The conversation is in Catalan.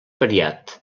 variat